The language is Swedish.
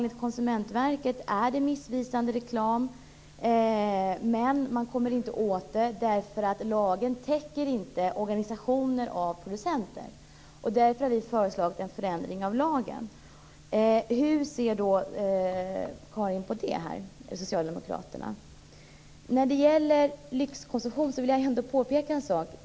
Enligt Konsumentverket är det fråga om en missvisande reklam men man kommer inte åt detta därför att lagen inte täcker organisationer av producenter. Därför föreslår vi en ändring av lagen. Hur ser Karin Olsson och socialdemokraterna på den saken? När det gäller lyxkonsumtionen vill jag peka på följande.